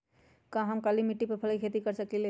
का हम काली मिट्टी पर फल के खेती कर सकिले?